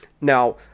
Now